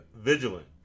vigilant